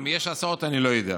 אם יש הסעות, אני לא יודע.